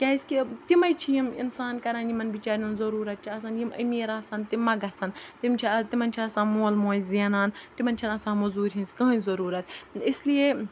کیٛازِکہِ تِمَے چھِ یِم اِنسان کَران یِمَن بِچارٮ۪ن ضٔروٗرت چھِ آسان یِم أمیٖر آسَن تِم ما گژھن تِم چھِ اَدٕ تِمَن چھِ آسان مول موج زینان تِمَن چھَنہٕ آسان مٔزوٗرۍ ہِنٛز کٕہٕنۍ ضٔروٗرت اِسلیے